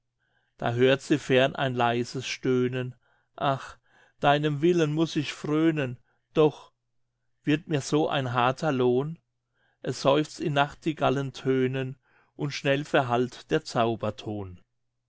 da hört sie fern ein leises stöhnen ach deinem willen muß ich fröhnen doch wird mir so ein harter lohn es seufzt in nachtigallentönen und schnell verhallt der zauberton